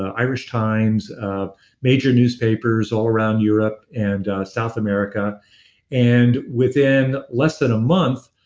irish times, um major newspapers all around europe and south america and within less than a month,